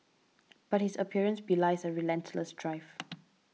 but his appearance belies a relentless drive